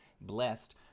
blessed